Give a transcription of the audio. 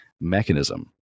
mechanism